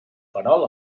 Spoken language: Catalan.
perol